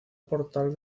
portal